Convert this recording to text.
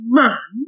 man